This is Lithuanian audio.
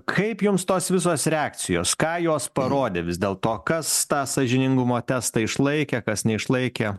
kaip jums tos visos reakcijos ką jos parodė vis dėl to kas tą sąžiningumo testą išlaikė kas neišlaikė